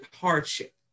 hardship